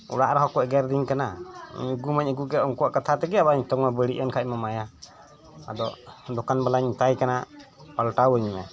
ᱚᱲᱟᱜ ᱨᱮᱦᱚᱸ ᱠᱩ ᱮᱜᱮᱨ ᱤᱫᱤᱧ ᱠᱟᱱᱟ ᱟᱹᱜᱩᱢᱟᱧ ᱟᱹᱜᱩᱠᱮᱫ ᱩᱱᱠᱩᱣᱟᱜ ᱠᱟᱛᱷᱟ ᱛᱮᱜᱮ ᱟᱵᱟᱨ ᱱᱮᱛᱚᱝᱢᱟ ᱵᱟᱹᱲᱤᱡ ᱮᱱ ᱠᱷᱟᱡᱢᱟ ᱢᱟᱭᱟ ᱟᱫᱚ ᱫᱚᱠᱟᱱ ᱵᱟᱞᱟᱧ ᱢᱮᱛᱟᱭ ᱠᱟᱱᱟ ᱯᱟᱞᱴᱟᱣ ᱟᱹᱧᱢᱮ